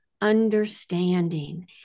understanding